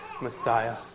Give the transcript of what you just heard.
Messiah